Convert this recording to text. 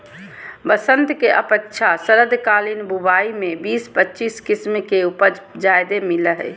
बसंत के अपेक्षा शरदकालीन बुवाई में बीस पच्चीस किस्म के उपज ज्यादे मिलय हइ